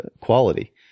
quality